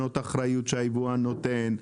שנות האחריות שהיבואן נותן,